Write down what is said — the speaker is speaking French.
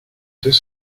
deux